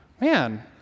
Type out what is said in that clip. man